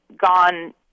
gone